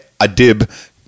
Adib